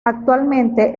actualmente